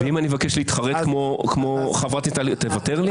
ואם אני אבקש להתחרט, תוותר לי?